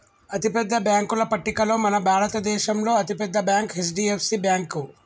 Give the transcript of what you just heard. అతిపెద్ద బ్యేంకుల పట్టికలో మన భారతదేశంలో అతి పెద్ద బ్యాంక్ హెచ్.డి.ఎఫ్.సి బ్యేంకు